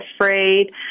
afraid